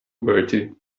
bertie